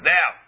Now